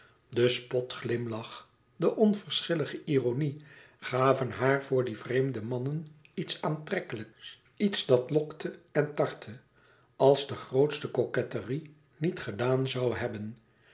de spotglimlach de onverschillige ironie gaven haar voor die vreemde mannen iets aantrekkelijks iets dat lokte en tartte als de grootste coquetterie niet gedaan zoû hebben